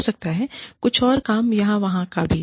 हो सकता है कुछ और काम यहां वहां का भी